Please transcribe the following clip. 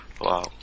Wow